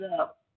up